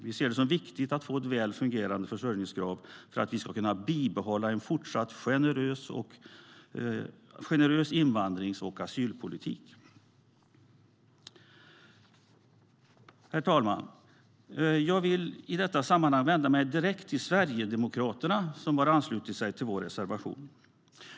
Vi ser det som viktigt att få ett väl fungerade försörjningskrav för att vi ska kunna bibehålla en fortsatt generös invandrings och asylpolitik. Herr talman! Jag vill i detta sammanhang vända mig direkt till Sverigedemokraterna, som har anslutit sig till vår reservation.